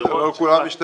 לא בכולם יש תיירות.